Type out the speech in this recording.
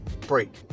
break